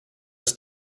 ist